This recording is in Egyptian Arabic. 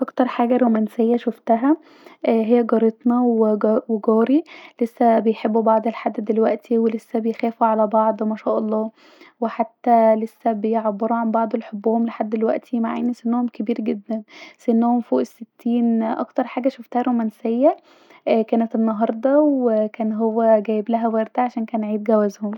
اكتر حاجه رومانسية شوفتها اا هي جارتنا وجاري لسا بيحبوا بعض لحد دلوقتي اا ولسا بيخافو علي بعض ما شاء الله وحتي لسا بيعبوا لبعض علي حبهم لحد دلوقتي مع أن سنهم كبير جدا سنهم فوق الستين اكتر حاجه شوفتها رومانسيه اا كانت انهارده وهو كان جايبلها ورد عشان عيد ميلادها